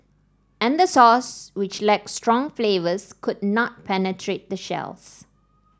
and the sauce which lacked strong flavours could not penetrate the shells